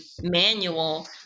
manual